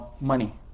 money